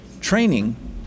training